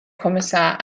kommissar